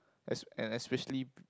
S and especially